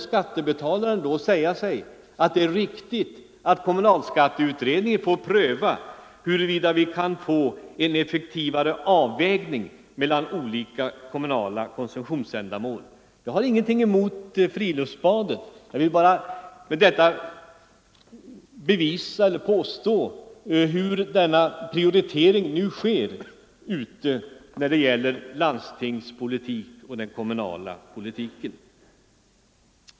Skattebetalarna måste säga sig att det är riktigt att den kommunalekonomiska utredningen prövar huruvida en effektivare avvägning kan göras mellan olika kommunala konsumtionsändamål. Jag har ingenting emot friluftsbad, men vill bara med detta visa hur prioriteringen nu tyvärr ibland sker.